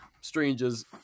strangers